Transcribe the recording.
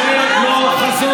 העם שלך.